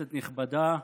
כנסת נכבדה,